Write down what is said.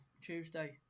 Tuesday